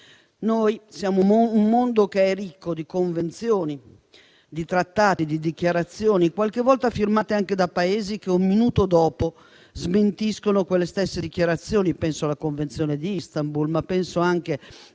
nostro mondo è ricco di convenzioni, di trattati e di dichiarazioni, qualche volta firmate anche da Paesi che un minuto dopo smentiscono quelle stesse dichiarazioni. Penso alla Convenzione di Istanbul, ma penso anche